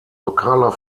lokaler